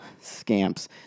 scamps